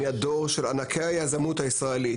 מהדור של ענקי היזמות הישראלית.